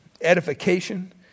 edification